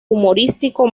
humorístico